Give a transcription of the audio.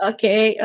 Okay